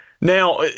Now